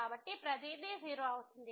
కాబట్టి ప్రతిదీ 0 అవుతుంది